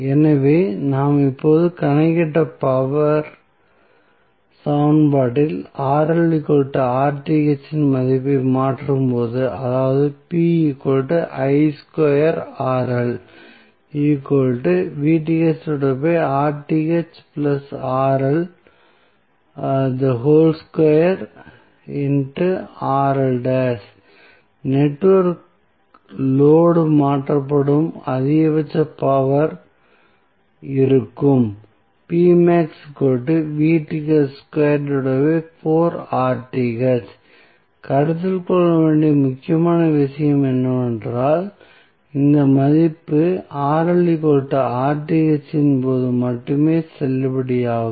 எனவே நாம் இப்போது கணக்கிட்ட பவர் சமன்பாட்டில் இன் மதிப்பை மாற்றும்போது அதாவது நெட்வொர்க் லோடு க்கு மாற்றப்படும் அதிகபட்ச பவர் இருக்கும் கருத்தில் கொள்ள வேண்டிய முக்கியமான விஷயம் என்னவென்றால் இந்த மதிப்பு இன் போது மட்டுமே செல்லுபடியாகும்